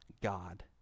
God